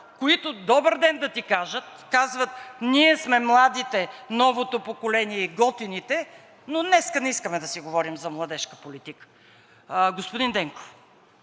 които добър ден да ти кажат, казват: „Ние сме младите, новото поколение и готините, но днес не искаме да си говорим за младежка политика!“ Господин Денков,